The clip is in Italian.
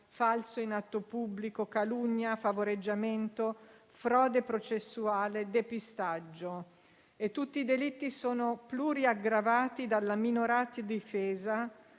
falso in atto pubblico, calunnia, favoreggiamento, frode processuale, depistaggio. Tutti i delitti sono pluriaggravati dalla minorata difesa,